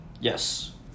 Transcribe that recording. Yes